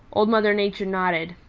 old mother nature nodded.